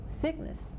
sickness